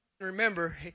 remember